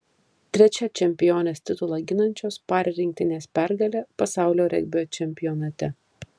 trečia čempionės titulą ginančios par rinktinės pergalė pasaulio regbio čempionate